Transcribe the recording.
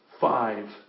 five